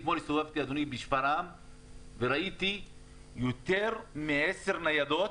אתמול הסתובבתי בשפרעם וראיתי יותר מעשר ניידות,